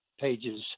pages